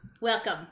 welcome